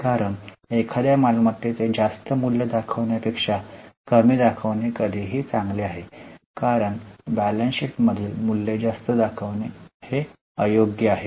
कारण एखाद्या मालमत्तेचे जास्त मूल्य दाखवण्यापेक्षा कमी दाखवणे कधीही चांगले आहे कारण बैलन्स शीटमधील मूल्ये जास्त दाखवणे अयोग्य आहे